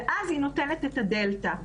ואז היא נותנת את הדלתא.